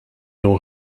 ore